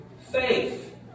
faith